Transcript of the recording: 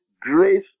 grace